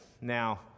Now